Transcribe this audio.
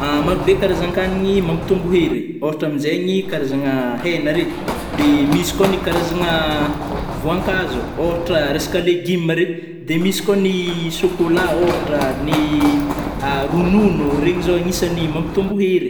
Maro be karazankanigny mampitômbo hery, ôhatra amizegny karazagna hena regny, de misy ko ny karazagna voankazo, ôhatra resaka legumes regny, de misy ko ny chocolat ôhatra, ny ronono regny zô anisagny mampitômbo hery.